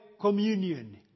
Communion